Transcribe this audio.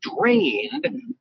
drained